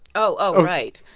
oh. oh, right.